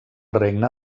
regne